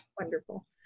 Wonderful